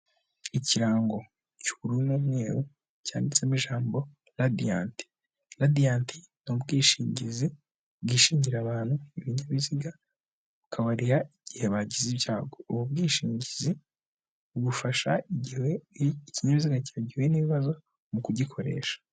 Ikirango cy'ubururu n'umweru, cyanditsemo ijambo Radiyanti. Radiyanti ni ubwishingizi bwishingira abantu, ibinyabiziga, bukabariha igihe bagize ibyago. Ubu bwishingizi bugufasha igihe ikinyabiziga cyawe gihuye n'ibibazo mu kugikoresha.